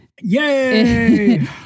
Yay